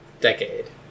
decade